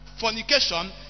fornication